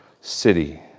city